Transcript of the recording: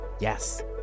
Yes